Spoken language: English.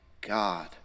God